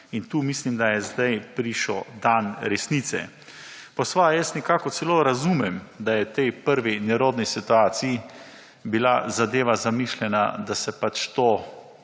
in tukaj mislim, da je sedaj prišel dan resnice. Po svoje jaz nekako celo razumem, da je v tej prvi nerodni situaciji bila zadeva zamišljena, da se pač to